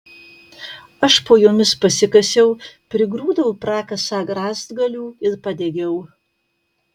aš po jomis pasikasiau prigrūdau prakasą rąstgalių ir padegiau